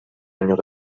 años